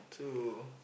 so